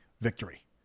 victory